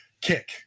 kick